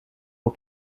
aux